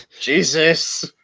Jesus